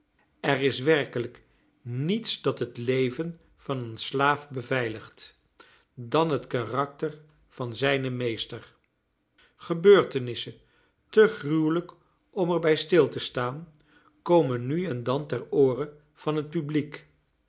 er is werkelijk niets dat het leven van een slaaf beveiligt dan het karakter van zijnen meester gebeurtenissen te gruwelijk om er bij stil te staan komen nu en dan ter oore van het publiek